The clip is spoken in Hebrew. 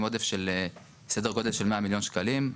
עודף של סדר גודל של 100 מיליון שקלים,